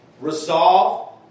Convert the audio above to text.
resolve